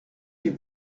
ses